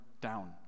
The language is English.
down